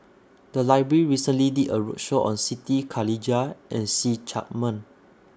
The Library recently did A roadshow on Siti Khalijah and See Chak Mun